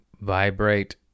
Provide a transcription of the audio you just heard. vibrate